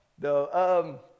No